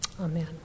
amen